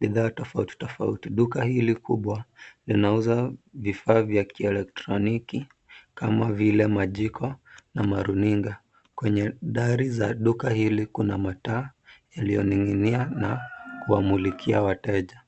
bidhaa tofauti, tofauti. Duka hili kubwa linauza vifaa vya kieletroniki kama vile majiko na maruninga. Kwenye dari za duka hili kuna mataa yaliyoning'inia na kuwamulikia wateja.